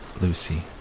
Lucy